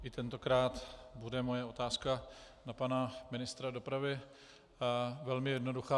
I tentokrát bude moje otázka na pana ministra dopravy velmi jednoduchá.